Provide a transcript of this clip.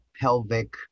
pelvic